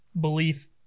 belief